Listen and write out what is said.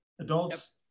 adults